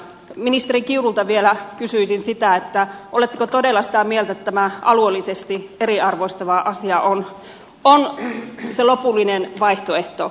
ministeri kiurulta vielä kysyisin sitä oletteko todella sitä mieltä että tämä alueellisesti eriarvoistava asia on se lopullinen vaihtoehto